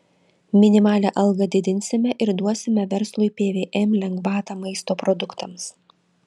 minimalią algą didinsime ir duosime verslui pvm lengvatą maisto produktams